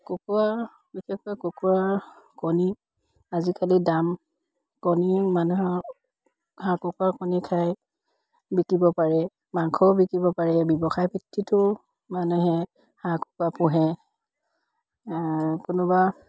কুকুৰা বিশেষকৈ কুকুৰাৰ কণী আজিকালি দাম কণীও মানুহৰ হাঁহ কুকুৰাৰ কণী খাই বিকিব পাৰে মাংসও বিকিব পাৰে ব্যৱসায় ভিত্তিতো মানুহে হাঁহ কুকুৰা পোহে কোনোবা